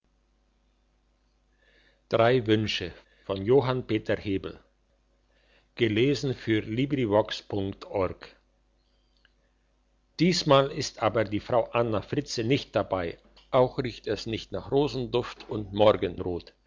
wünsche diesmal ist aber die frau anna fritze nicht dabei auch riecht es nicht nach rosenduft und morgenrot